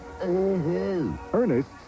Ernest